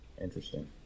Interesting